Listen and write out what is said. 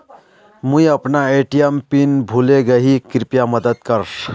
मुई अपना ATM PIN भूले गही कृप्या मदद कर